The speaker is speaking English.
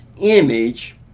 image